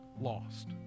lost